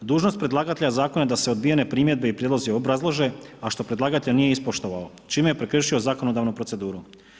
Dužnost predlagatelja zakona je da se odbijene primjedbe i prijedlozi obrazlože, a što predlagatelj nije ispoštovao čime je prekršio zakonodavnu proceduru.